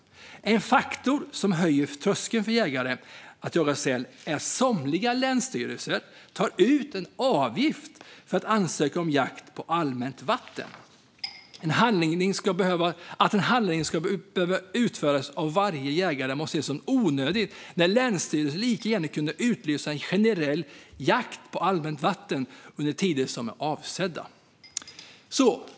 En faktor som höjer tröskeln för jägare att jaga säl är att somliga länsstyrelser tar ut en avgift för ansökan om jakt på allmänt vatten. Att en handläggning ska behöva utföras för varje jägare måste ses som onödigt när länsstyrelsen lika gärna kunde utlysa en generell jakt på allmänt vatten under de tider som är avsedda.